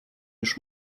już